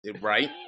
right